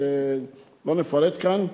שלא נפרט כאן.